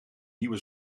nieuwe